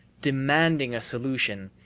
demanding a solution,